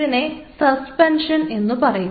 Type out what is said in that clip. ഇതിനെ സസ്പെൻഷൻ എന്നു പറയും